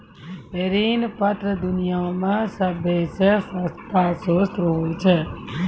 ऋण पत्र दुनिया मे सभ्भे से सस्ता श्रोत होय छै